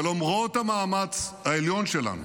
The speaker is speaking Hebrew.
ולמרות המאמץ העליון שלנו